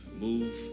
move